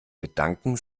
gedanken